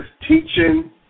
teaching